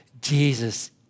Jesus